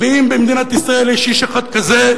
ואם במדינת ישראל יש איש אחד כזה,